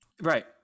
Right